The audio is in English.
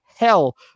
hell